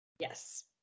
Yes